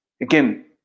Again